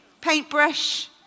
Paintbrush